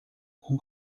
com